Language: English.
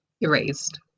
erased